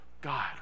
God